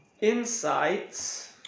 Insights